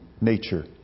nature